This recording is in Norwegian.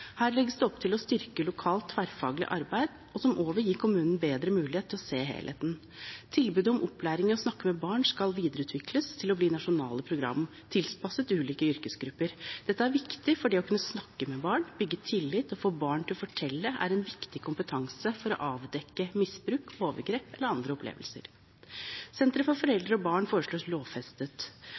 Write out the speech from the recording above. Her legges det opp til å styrke lokalt, tverrfaglig arbeid, som også vil gi kommunen bedre mulighet til å se helheten. Tilbudet om opplæring i å snakke med barn skal videreutvikles til å bli nasjonale programmer tilpasset ulike yrkesgrupper. Dette er viktig, fordi det å kunne snakke med barn, bygge tillit og få barn til å fortelle er en viktig kompetanse for å avdekke misbruk, overgrep eller andre opplevelser. Sentre for foreldre og barn foreslås lovfestet.